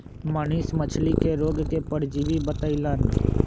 मनीष मछ्ली के रोग के परजीवी बतई लन